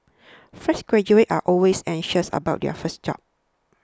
fresh graduates are always anxious about their first job